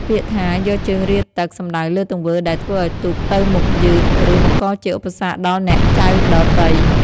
ពាក្យថា «យកជើងរាទឹក» សំដៅលើទង្វើដែលធ្វើឱ្យទូកទៅមុខយឺត ឬបង្កជាឧបសគ្គដល់អ្នកចែវដទៃ។